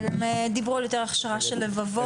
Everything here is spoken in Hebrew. כן, הם דיברו על יותר הכשרה של לבבות.